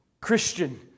Christian